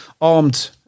armed